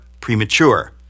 premature